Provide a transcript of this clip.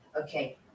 Okay